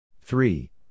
Three